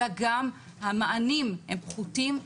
אלא גם המענים הם פחותים.